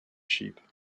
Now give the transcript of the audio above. sheep